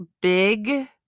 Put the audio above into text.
big